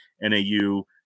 NAU